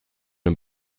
den